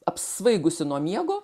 apsvaigusi nuo miego